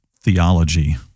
theology